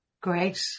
Great